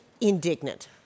indignant